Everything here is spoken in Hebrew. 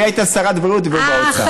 היא הייתה שרת בריאות והוא באוצר.